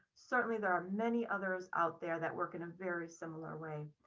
certainly there are many others out there that work in a very similar way.